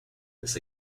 this